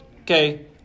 Okay